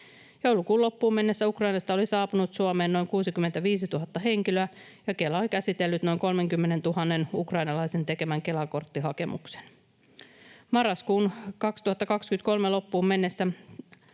Joulukuun loppuun mennessä Ukrainasta oli saapunut Suomeen noin 65 000 henkilöä, ja Kela on käsitellyt noin 30 000 ukrainalaisen tekemän Kela-korttihakemuksen. Marraskuun 2023 loppuun mennessä